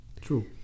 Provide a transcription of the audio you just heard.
True